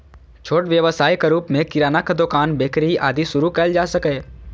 छोट व्यवसायक रूप मे किरानाक दोकान, बेकरी, आदि शुरू कैल जा सकैए